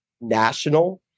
national